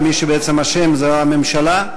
ומי שבעצם אשמה זו הממשלה,